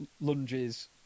lunges